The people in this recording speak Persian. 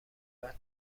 بعد